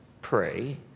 pray